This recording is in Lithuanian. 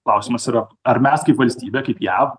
klausimas yra ar mes kaip valstybė kaip jav